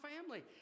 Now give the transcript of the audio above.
family